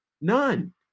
None